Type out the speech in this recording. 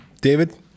David